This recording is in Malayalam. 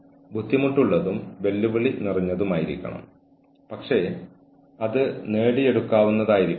പ്രോജക്റ്റുകളിൽ നിന്നോ മീറ്റിംഗുകളിൽ നിന്നോ ഉള്ള ഒരു ഉദ്ദേശപരമായ ഒഴിവാക്കലാണ് മറ്റൊന്ന്